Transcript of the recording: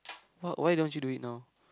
what why don't you do it now